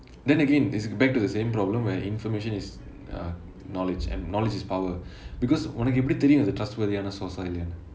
then again it's back to the same problem where information is uh knowledge and knowledge is power because உனக்கு எப்படி தெரியும் அது:unakku eppadi theriyum athu trustworthy ஆன:aana source ah இல்லையானு:illaiyaanu